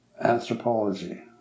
anthropology